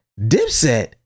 Dipset